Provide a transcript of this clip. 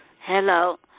Hello